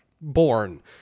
born